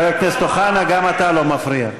חבר הכנסת אוחנה, גם אתה לא מפריע.